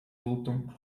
lutam